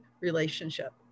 relationship